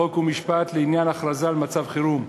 חוק ומשפט לעניין הכרזה על מצב חירום,